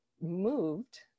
moved